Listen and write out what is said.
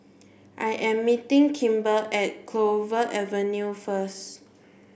I am meeting Kimber at Clover Avenue first